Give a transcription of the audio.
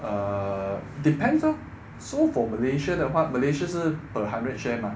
err depends lor so for Malaysia 的话 Malaysia 是 per hundred share mah